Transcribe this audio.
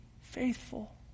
faithful